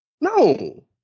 No